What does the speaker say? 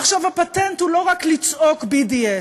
עכשיו, הפטנט הוא לא רק לצעוק BDS,